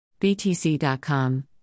BTC.com